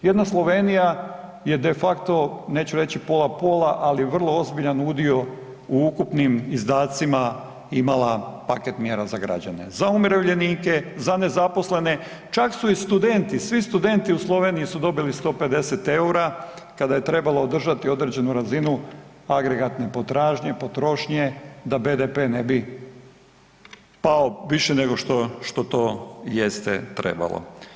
Jedna Slovenija je de facto neću reći pola, pola ali vrlo ozbiljan udio u ukupnim izdacima imala paket mjera za građane, za umirovljenike, za nezaposlene, čak su i studenti, svi studenti u Sloveniji su dobili 150 EUR-a kada je trebalo održati određenu razinu agregatne potražnje potrošnje da BDP ne bi pao više nego što to jeste trebalo.